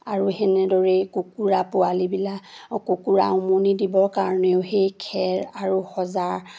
আৰু সেনেদৰেই কুকুৰা পোৱালিবিলাক কুকুৰা উমনি দিবৰ কাৰণেও সেই খেৰ আৰু সজাৰ